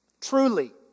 truly